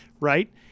right